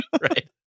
right